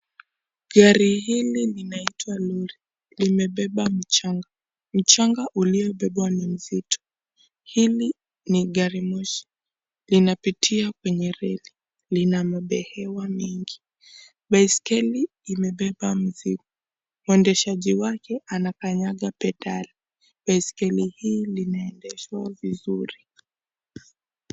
Gari hili linaitwa lory, limebeba mchanga, mchanga uliobebwa ni mzito. Hili ni gari miloshi, linapitia kwenye reli, lina mapehe mingi. Baiskeli limebeba misigo, mwendeshaji anakanyaka pedali, baiskeli hii linaendeshwa vizuri.